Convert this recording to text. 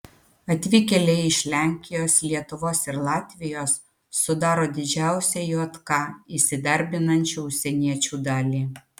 atvykėliai iš lenkijos lietuvos ir latvijos sudaro didžiausią jk įsidarbinančių užsieniečių dalį